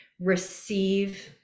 receive